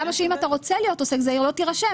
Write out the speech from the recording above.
למה שאם אתה רוצה להיות עוסק זעיר לא תירשם?